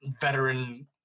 veteran